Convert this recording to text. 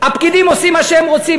הפקידים עושים מה שהם רוצים.